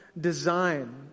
design